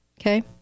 Okay